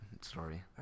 story